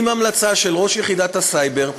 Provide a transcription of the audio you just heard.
עם המלצה של ראש יחידת הסייבר,